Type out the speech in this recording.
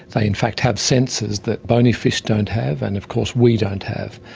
they in fact have sensors that bony fish don't have and of course we don't have.